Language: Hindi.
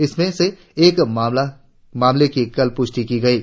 इनमें से एक मामले की कल पुष्टि हुई है